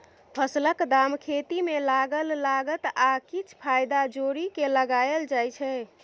फसलक दाम खेती मे लागल लागत आ किछ फाएदा जोरि केँ लगाएल जाइ छै